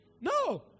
No